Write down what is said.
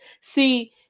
see